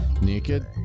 Naked